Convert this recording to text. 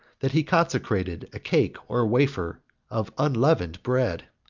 that he consecrated a cake or wafer of unleavened bread,